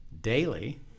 Daily